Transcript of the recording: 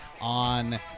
on